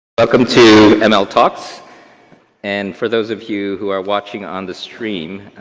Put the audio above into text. welcome to ml talks and for those of you who are watching on the stream,